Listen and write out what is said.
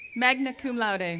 magna cum laude, and